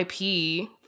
IP